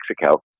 Mexico